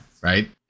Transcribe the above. right